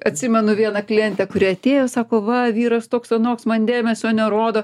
atsimenu vieną klientę kuri atėjo sako va vyras toks anoks man dėmesio nerodo